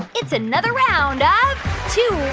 it's another round two